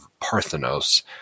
Parthenos